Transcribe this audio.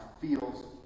feels